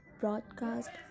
broadcast